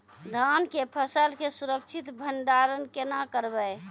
धान के फसल के सुरक्षित भंडारण केना करबै?